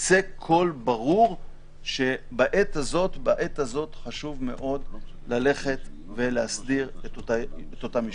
יצא קול ברור שבעת הזאת חשוב מאוד ללכת ולהסדיר את אותם ישובים.